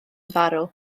farw